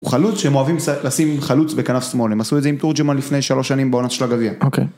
הוא חלוץ שהם אוהבים לשים חלוץ בכנף שמאל, הם עשו את זה עם תורג'מן לפני שלוש שנים בעונה של הגביע.